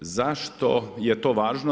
Zašto je to važno?